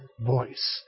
voice